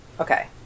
Okay